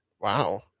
Wow